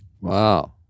Wow